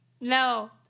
No